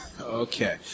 Okay